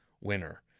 winner